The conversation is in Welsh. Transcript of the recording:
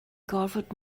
gorfod